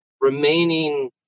remaining